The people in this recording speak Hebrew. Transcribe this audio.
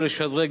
או לשדרג,